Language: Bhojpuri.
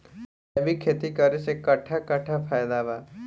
जैविक खेती करे से कट्ठा कट्ठा फायदा बा?